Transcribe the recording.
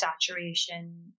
saturation